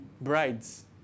brides